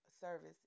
service